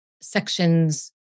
sections